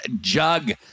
Jug